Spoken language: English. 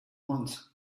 once